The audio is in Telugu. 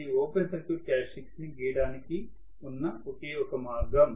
ఇది ఓపెన్ సర్క్యూట్ క్యారెక్టర్స్టిక్స్ ని గీయడానికి ఉన్న ఒకే ఒక మార్గం